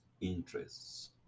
Interests